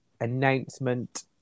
announcement